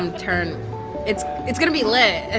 um turnt it's it's going to be lit. ah